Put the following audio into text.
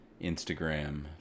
Instagram